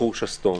"שחרור שסתום":